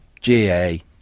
GA